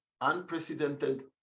unprecedented